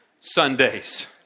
Sundays